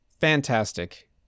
fantastic